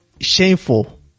shameful